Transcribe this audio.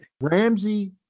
ramsey